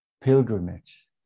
pilgrimage